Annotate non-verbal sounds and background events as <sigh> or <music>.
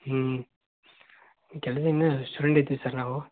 ಹ್ಞೂ <unintelligible> ಸರ್ ನಾವೂ